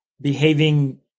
behaving